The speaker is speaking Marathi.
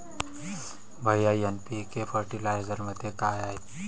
भैय्या एन.पी.के फर्टिलायझरमध्ये काय आहे?